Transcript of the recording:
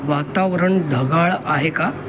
वातावरण ढगाळ आहे का